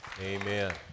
Amen